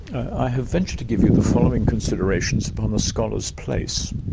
i have ventured to give you the following considerations upon the scholar's place,